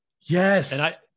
Yes